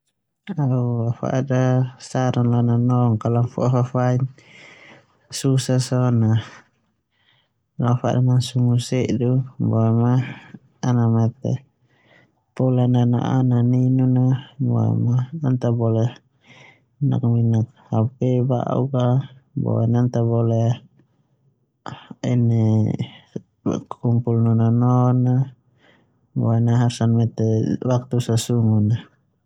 Au afadan saran lo au nanong kalau ana fo'a fafaik susah so na au afadan sungu sedu boema ana mete nana'a ninninun a boema ana ta bole nakaminak HP ba'uk a boema ana ta boleh kumpul no nanon a boema ana harus mete waktu susungu a.